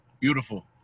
Beautiful